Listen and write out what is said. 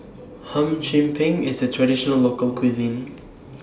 Hum Chim Peng IS A Traditional Local Cuisine